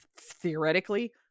theoretically